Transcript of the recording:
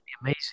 amazing